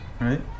right